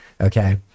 okay